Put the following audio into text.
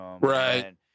right